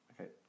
okay